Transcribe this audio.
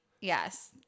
yes